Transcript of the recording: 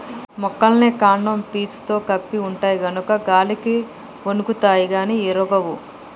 మొక్కలన్నీ కాండం పీసుతో కప్పి ఉంటాయి గనుక గాలికి ఒన్గుతాయి గాని ఇరగవు